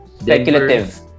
Speculative